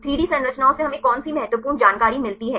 3 D संरचनाओं से हमें कौन सी महत्वपूर्ण जानकारी मिलती है